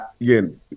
again